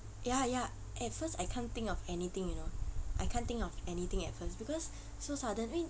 ya ya at first I can't think of anything you know I can't think of anything at first because so sudden I mean